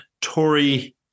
Tory